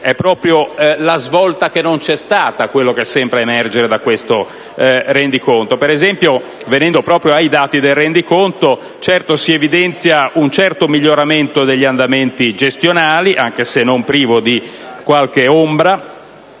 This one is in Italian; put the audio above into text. è proprio la svolta che non c'è stata ciò che sembra emergere dal rendiconto in esame. Venendo proprio ai dati del rendiconto, si evidenzia un certo miglioramento degli andamenti gestionali, anche se non privo di qualche ombra.